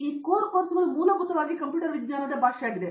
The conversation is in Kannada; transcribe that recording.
ಈ ಕೋರ್ ಕೋರ್ಸುಗಳು ಮೂಲಭೂತವಾಗಿ ಕಂಪ್ಯೂಟರ್ ವಿಜ್ಞಾನದ ಭಾಷೆಯಾಗಿದೆ